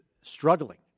struggling